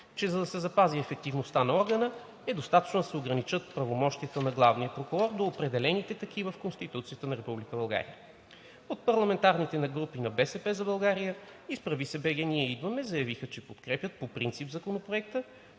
че за да се запази ефективността на органа е достатъчно да се ограничат правомощията на главния прокурор до определените такива в Конституцията на Република България. От парламентарните групи на „БСП за България“ и „Изправи се БГ! Ние идваме!“ заявиха, че подкрепят по принцип Законопроекта,